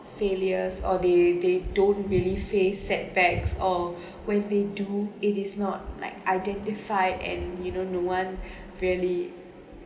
failures or they they don't really faced setbacks or when they do it is not like identify and you know no one really